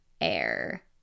Air